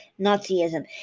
Nazism